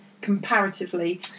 comparatively